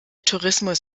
tourismus